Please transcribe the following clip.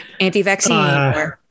anti-vaccine